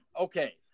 Okay